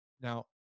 now